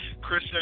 Chris